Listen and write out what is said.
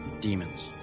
demons